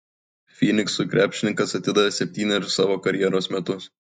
fyniksui krepšininkas atidavė septynerius savo karjeros metus